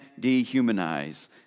dehumanize